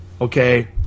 okay